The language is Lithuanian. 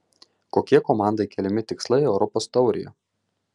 kokie komandai keliami tikslai europos taurėje